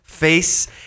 Face